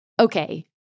Okay